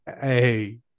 Hey